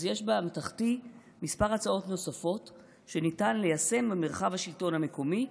אז יש באמתחתי הצעות נוספות שניתן ליישם במרחב השלטון המקומי,